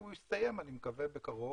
אני מקווה שהוא יסתיים בקרוב,